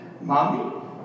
mommy